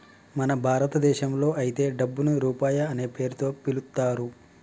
మన భారతదేశంలో అయితే డబ్బుని రూపాయి అనే పేరుతో పిలుత్తారు